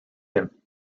him